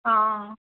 हा